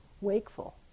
Wakeful